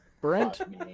Brent